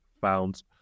found